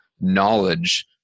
knowledge